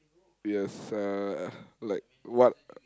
yes uh like what